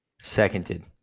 seconded